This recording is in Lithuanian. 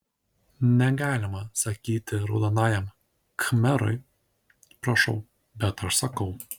negalima sakyti raudonajam khmerui prašau bet aš sakau